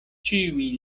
ĉiuj